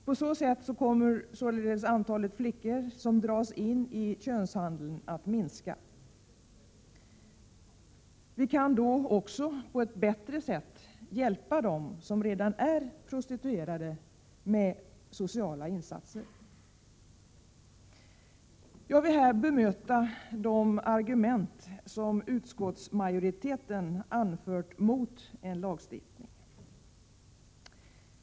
På så sätt kommer således antalet flickor som dras in i könshandeln att minska. Vi kan då också på ett bättre sätt med sociala insatser hjälpa dem som redan är prostituerade. Jag vill här bemöta de argument som utskottsmajoriteten anför mot en lagstiftning.